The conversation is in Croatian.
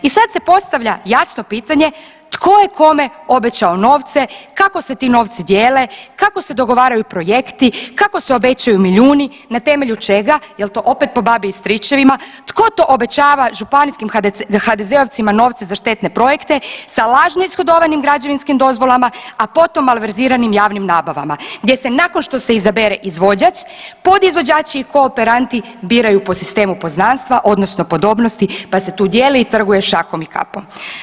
I sad se postavlja jasno pitanje tko je kome obećao novce, kako se ti novci dijele, kako se dogovaraju projekti, kako se obećaju milijuni, na temelju čega, jel to opet po babi i stričevima, tko to obećava županijskim HDZ-ovcima novce za štetne projekte, sa lažno ishodovanim građevinskim dozvolama, a potom malverziranim javnim nabavama gdje se nakon što se izabere izvođač podizvođači i kooperanti biraju po sistemu poznanstva odnosno podobnosti, pa se tu dijeli i trguje šakom i kapom.